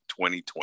2020